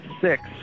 six